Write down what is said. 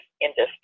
industry